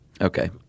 Okay